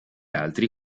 altri